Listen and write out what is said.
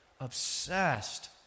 obsessed